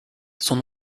son